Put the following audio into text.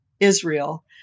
Israel